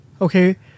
Okay